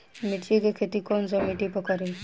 मिर्ची के खेती कौन सा मिट्टी पर करी?